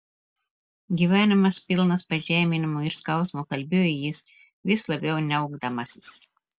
gyvenimas pilnas pažeminimų ir skausmo kalbėjo jis vis labiau niaukdamasis